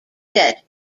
set